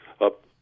up